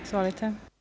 Izvolite.